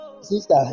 sister